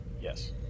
Yes